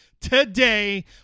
today